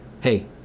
hey